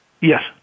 Yes